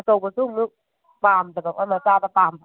ꯑꯆꯧꯕꯁꯨ ꯑꯃꯨꯛ ꯄꯥꯝꯗꯕ ꯑꯃ ꯃꯆꯥꯗ ꯄꯥꯝꯕ